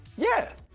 yeah,